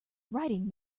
writing